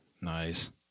Nice